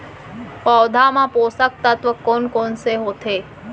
पौधे मा पोसक तत्व कोन कोन से होथे?